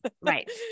Right